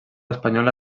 espanyola